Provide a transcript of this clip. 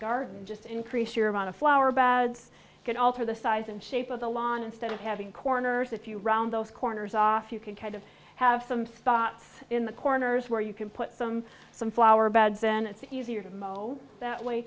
garden just increase your amount of flower beds can alter the size and shape of the lawn instead of having corners if you round those corners off you can kind of have some spots in the corners where you can put them some flower bed then it's easier to mow that way